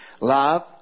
Love